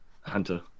Hunter